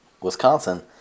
Wisconsin